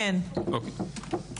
אוקיי.